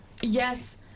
Yes